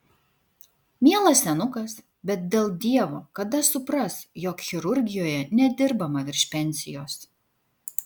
mielas senukas bet dėl dievo kada supras jog chirurgijoje nedirbama virš pensijos